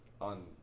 on